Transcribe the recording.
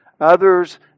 Others